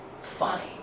funny